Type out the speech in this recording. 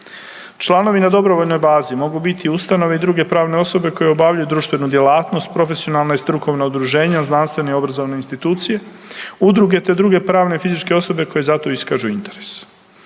Članovi na dobrovoljnoj bazi mogu biti ustanove i druge prave osobe koje obavljaju društvenu djelatnost, profesionalna i strukovna udruženja, znanstvene i obrazovne institucije, udruge, te druge pravne i fizičke osobe koje za to iskažu interes.